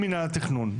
ממנהל התכנון,